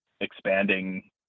expanding